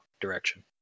direction